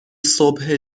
صبح